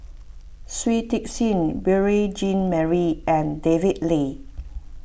Shui Tit Sing Beurel Jean Marie and David Lee